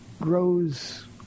grows